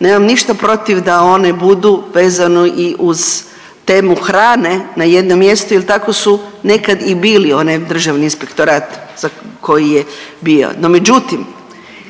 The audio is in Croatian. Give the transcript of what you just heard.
Nemam ništa protiv da one budu vezano i uz temu hrane na jednom mjestu jer tako su nekad i bili onaj Državni inspektorat za koji je bilo. No, međutim